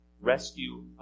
rescue